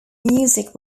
music